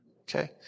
Okay